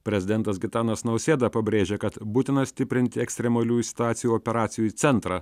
prezidentas gitanas nausėda pabrėžė kad būtina stiprinti ekstremaliųjų situacijų operacijų centrą